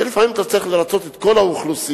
שלפעמים אתה צריך לרצות את כל האוכלוסייה,